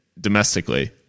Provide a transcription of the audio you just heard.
domestically